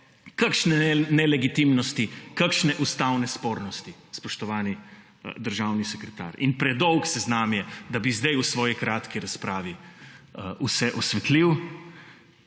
kakšne nelegitimnosti, kakšne ustavne spornosti, spoštovani državni sekretar. In predolg seznam je , da bi zdaj v svoji kratki razpravi vse osvetlil.